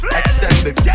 extended